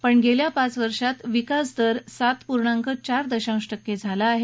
पण गेल्या पाच वर्षात विकास दर सात पूर्णांक चार दशांश टक्के झाला आहे